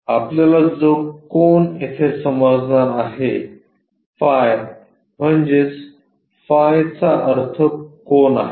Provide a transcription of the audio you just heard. आपल्याला जो कोन येथे समजणार आहे फाय म्हणजेच फायचा अर्थ कोन आहे